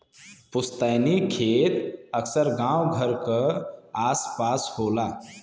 पुस्तैनी खेत अक्सर गांव घर क आस पास होला